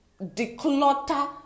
declutter